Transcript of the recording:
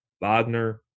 Wagner